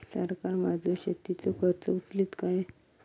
सरकार माझो शेतीचो खर्च उचलीत काय?